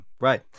Right